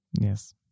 Yes